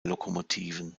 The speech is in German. lokomotiven